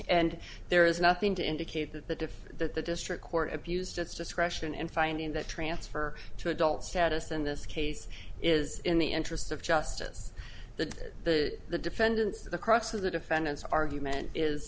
and there is nothing to indicate that the difference that the district court abused its discretion in finding that transfer to adult status in this case is in the interests of justice the the the defendant's the crux of the defendant's argument is